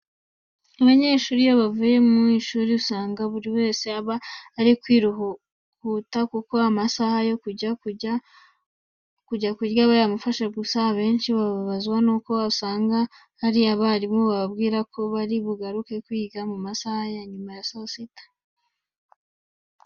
Abanyeshuri iyo bavuye mu ishuri, usanga buri wese aba ari kwihuta kuko amasaha yo kujya kurya aba yamufashe. Gusa abenshi bababazwa nuko usanga hari abarimu bababwira ko bari bugaruke kwiga mu masaha ya nyuma ya saa sita.